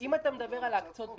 אם אתה מדבר על להקצות בפטור,